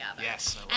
yes